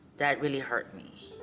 that really hurt me.